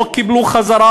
לא קיבלו חזרה,